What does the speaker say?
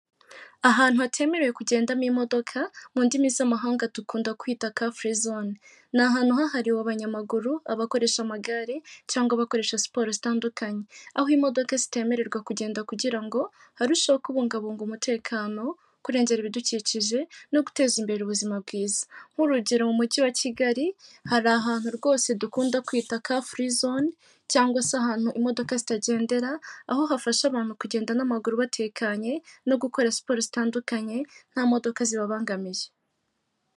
Ahantu hatemerewe kugendamo imodoka mu ndimi z'amahanga dukunda kwita ka firi zone ni ahantu hahariwe abanyamaguru abakoresha amagare cyangwa bakoresha siporo zitandukanye aho imodoka zitemererwa kugenda kugira ngo harusheho kubungabunga umutekano kurenngera ibidukikije no guteza imbere ubuzima bwiza nk'urugero mu mujyi wa kigali hari ahantu rwose dukunda kwita ka furi zone cyangwa se ahantu imodoka zitagendera aho hafasha abantu kugenda n'amaguru batekanye no gukora siporo zitandukanye nta modoka zibabangamiye.